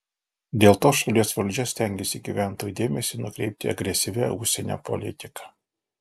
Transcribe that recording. dėl to šalies valdžia stengiasi gyventojų dėmesį nukreipti agresyvia užsienio politika